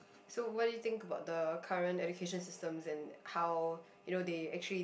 so what do you think about the current education systems and how you know they actually